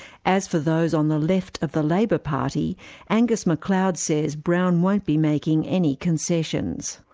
as for those on the left of the labour party angus macleod says brown won't be making any concessions.